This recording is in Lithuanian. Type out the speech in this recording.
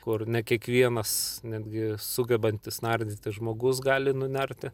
kur ne kiekvienas netgi sugebantis nardyti žmogus gali nunerti